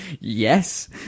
Yes